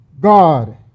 God